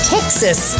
Texas